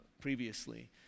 previously